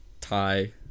Thai